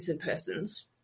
persons